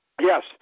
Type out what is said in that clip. Yes